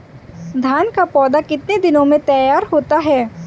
धान का पौधा कितने दिनों में तैयार होता है?